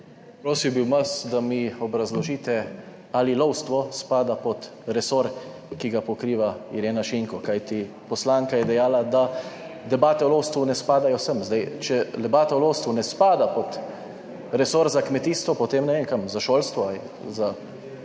Prosil bi vas, da mi obrazložite ali lovstvo spada pod resor, ki ga pokriva Irena Šinko. Kajti, poslanka je dejala, da debate o lovstvu ne spadajo sem. Zdaj, če debata o lovstvu ne spada pod resor za kmetijstvo, potem ne vem kam, za šolstvo ali